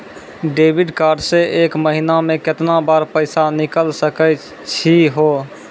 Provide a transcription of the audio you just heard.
Debit card से एक महीना मा केतना बार पैसा निकल सकै छि हो?